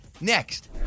Next